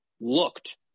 looked